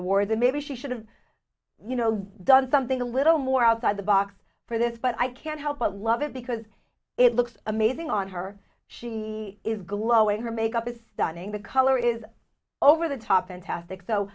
maybe she should have you know done something a little more outside the box for this but i can't help but love it because it looks amazing on her she is glowing her makeup is stunning the color is over the top fantastic so